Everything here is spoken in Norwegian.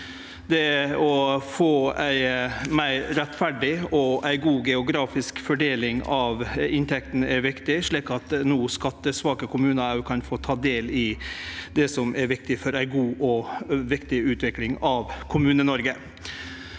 å få ei meir rettferdig og god geografisk fordeling av inntektene er viktig, slik at skattesvake kommunar òg kan få ta del i det som er viktig for ei god utvikling av Kommune-Noreg.